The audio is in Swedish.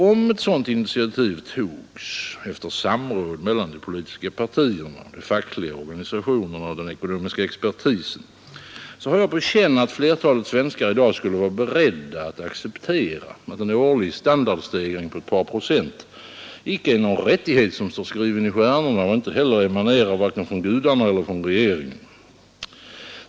Om ett sådant initiativ togs efter samråd mellan de politiska partierna, de fackliga organisationerna och den ekonomiska expertisen, har jag på känn att flertalet svenskar i dag skulle vara beredda att acceptera att en årlig standardstegring på ett par procent icke är någon rättighet som står skriven i stjärnorna och inte heller emanerar från vare sig gudarna eller regeringen.